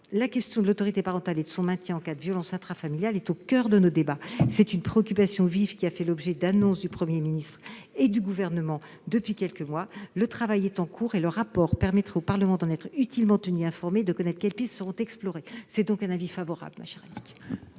la question de l'autorité parentale et de son maintien en cas de violence intrafamiliale est au coeur de nos débats. C'est une préoccupation vive, qui a fait l'objet d'annonces du Premier ministre et du Gouvernement depuis quelques mois. Le travail est en cours, et le rapport permettra au Parlement d'en être utilement tenu informé et de connaître quelles pistes sont explorées. La commission est donc favorable à cet